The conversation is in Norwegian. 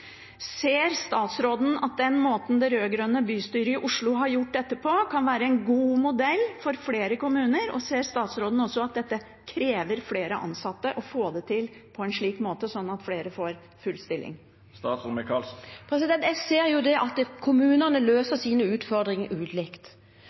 Ser statsråden at den måten det rød-grønne bystyret i Oslo har gjort dette på, kan være en god modell for flere kommuner? Ser statsråden også at det krever flere ansatte å få det til på en slik måte, så flere får full stilling? Jeg ser at kommunene løser sine utfordringer ulikt. Gjennom Leve hele livet-reformen ser jeg også at